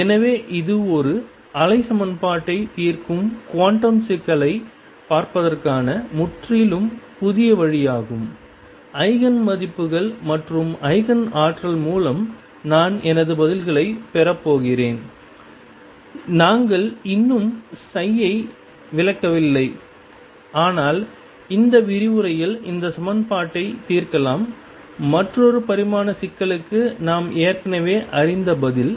எனவே இது ஒரு அலை சமன்பாட்டை தீர்க்கும் குவாண்டம் சிக்கலைப் பார்ப்பதற்கான முற்றிலும் புதிய வழியாகும் ஈஜென் மதிப்புகள் மற்றும் ஈஜென் ஆற்றல் மூலம் நான் எனது பதில்களைப் பெறுகிறேன் நாங்கள் இன்னும் சை ஐ விளக்கவில்லை ஆனால் இந்த விரிவுரையில் இந்த சமன்பாட்டை தீர்க்கலாம் மற்றொரு பரிமாண சிக்கலுக்கு நாம் ஏற்கனவே அறிந்த பதில்